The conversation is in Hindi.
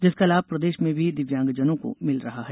जिसका लाभ प्रदेश में भी दिव्यांगजनों को मिल रहा है